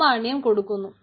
പ്രാമാണ്യം കൊടുക്കുന്നു